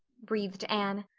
breathed anne.